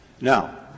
Now